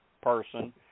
person